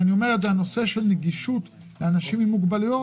הנושא של נגישות לאנשים עם מוגבלויות